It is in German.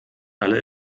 alle